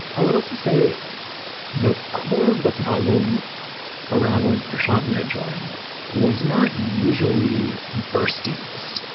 i would also say the core of the problem around when prashant and i joined was not usually burstiness,